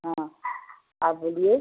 हाँ आप बोलिए